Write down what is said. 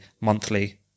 monthly